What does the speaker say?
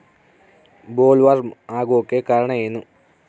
Bollworm ಆಗೋಕೆ ಕಾರಣ ಏನು?